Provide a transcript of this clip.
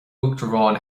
uachtaráin